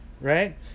right